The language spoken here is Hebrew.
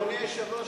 אדוני היושב-ראש,